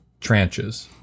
tranches